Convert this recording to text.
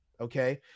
Okay